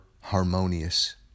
harmonious